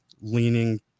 leaning